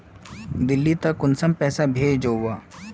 दिल्ली त कुंसम पैसा भेज ओवर?